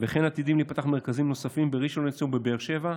וכן עתידים להיפתח מרכזים נוספים בראשון לציון ובבאר שבע.